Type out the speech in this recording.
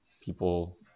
people